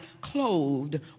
clothed